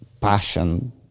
passion